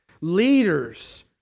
leaders